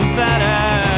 better